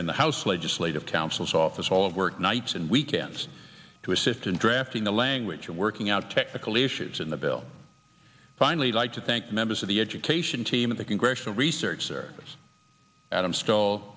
in the house legislative council's office all of work nights and weekends to assist in drafting the language and working out technical issues in the bill finally like to thank members of the education team of the congressional research service adam still